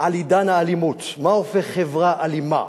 על עידן האלימות, מה הופך חברה אלימה.